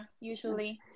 usually